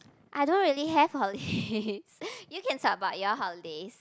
I don't really have holidays you can talk about your holidays